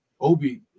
Obi